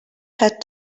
had